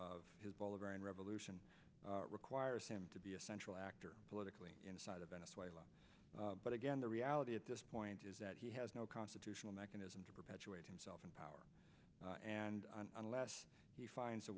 his bolivarian revolution requires him to be a central actor politically inside of venezuela but again the reality at this point is that he has no constitutional mechanism to perpetuate himself in power and unless he finds a